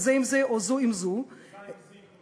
או זו עם זה כמו שאומרים.